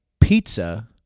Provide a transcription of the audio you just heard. pizza